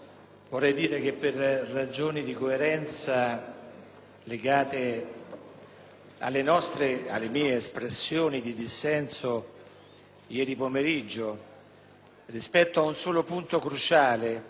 le mie espressioni di dissenso di ieri pomeriggio rispetto al solo punto cruciale che trova largamente il Partito Democratico